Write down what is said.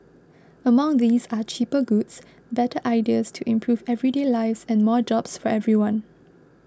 among these are cheaper goods better ideas to improve everyday lives and more jobs for everyone